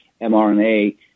mRNA